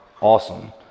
awesome